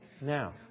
now